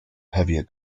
heavier